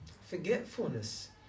forgetfulness